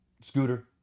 Scooter